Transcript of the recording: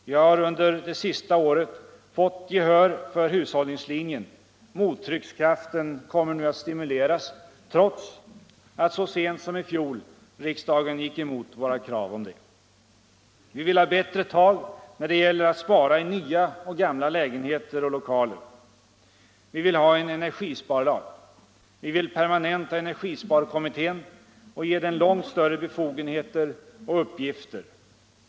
Vi har under det senaste året fått gehör för hushållningslinjen - mottryckskraften kommer nu att stimuleras trots att så sent som i fjol riksdagen gick emot våra krav om detta. Vi vill ha bättre tag när det gäller att spara i nya och gamla lägenheter och lokaler. Vi vill ha en energisparlag. Vi vill permanenta energisparkommittén och ge den långt större befogenheter och uppgifter.